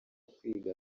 kwiga